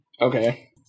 Okay